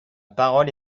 parole